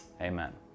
Amen